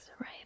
right